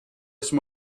some